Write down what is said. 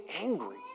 angry